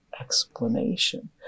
explanation